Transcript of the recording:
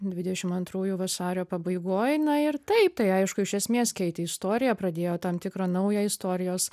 dvidešim antrųjų vasario pabaigoj na ir taip tai aišku iš esmės keitė istoriją pradėjo tam tikrą naują istorijos